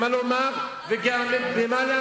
במה אולי תגידי לי גם מה לומר וגם במה להאמין,